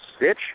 bitch